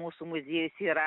mūsų muziejus yra